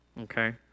Okay